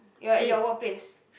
your your workplace